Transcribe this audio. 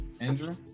andrew